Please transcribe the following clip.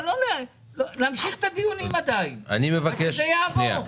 אבל צריך להמשיך את הדיונים עד שזה יעבור.